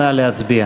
נא להצביע.